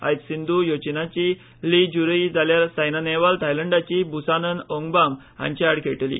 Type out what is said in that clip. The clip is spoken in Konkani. आयज सिंधु ह्यो चीनाची ली ज्यूरई जाल्यार सायना नेहवाल थायलंडाची बुसानन ओंगबाम हांचे आड खेळटली